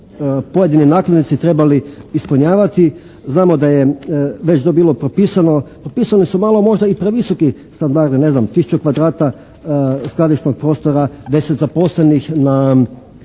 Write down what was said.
pojedine nakladnici trebali ispunjavati. Znamo da je već to bilo potpisano. Potpisani su možda malo i previsoki standardi. Ne znam, tisuću kvadrata skladišnog prostora, deset zaposlenih na